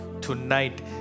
tonight